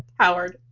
howard.